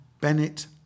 Bennett